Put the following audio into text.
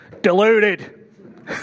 Deluded